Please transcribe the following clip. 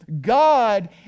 God